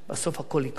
בסוף הכול יקרוס.